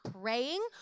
praying